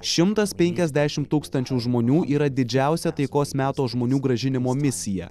šimtas penkiasdešim tūkstančių žmonių yra didžiausia taikos meto žmonių grąžinimo misija